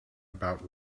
about